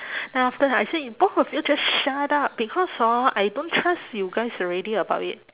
then after I said both of you just shut up because hor I don't trust you guys already about it